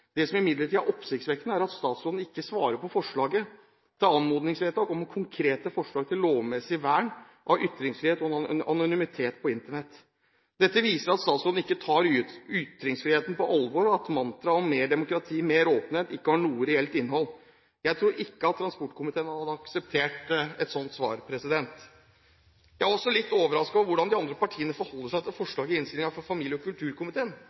Det som imidlertid er oppsiktsvekkende, er at statsråden ikke svarer på forslaget til anmodningsvedtak om konkrete forslag til lovmessig vern av ytringsfrihet og anonymitet på Internett. Dette viser at statsråden ikke tar ytringsfriheten på alvor, og at mantraet om mer demokrati, mer åpenhet ikke har noe reelt innhold. Jeg tror ikke at transportkomiteen hadde akseptert et sånt svar. Jeg er også litt overrasket over hvordan de andre partiene forholder seg til forslaget i innstillingen fra familie- og kulturkomiteen.